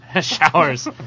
showers